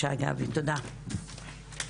(היו"ר